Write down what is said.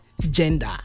gender